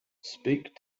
speak